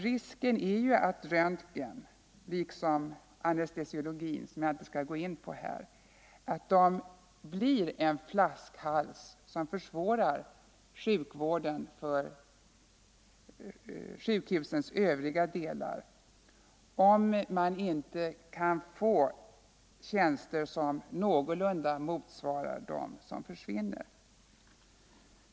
Risken är att röntgen liksom anestesiologin, som jag inte skall gå in på, blir en flaskhals som försvårar sjukvården för sjukhusens övriga delar, om man inte kan få tjänster som någorlunda motsvarar dem som försvinner.